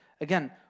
Again